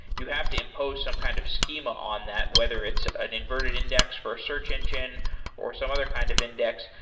you have to impose some kind of schema on that, whether it's an inverted index for a search engine or some other kind of index.